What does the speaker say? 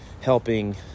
helping